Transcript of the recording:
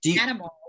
animals